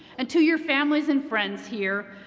and to your families and friends here,